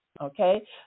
Okay